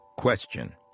Question